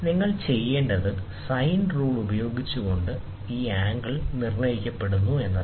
നിങ്ങൾ ചെയ്യേണ്ടത് sine rule പ്രയോഗിച്ചുകൊണ്ട് ആംഗിൾ നിർണ്ണയിക്കപ്പെടുന്നു എന്നതാണ്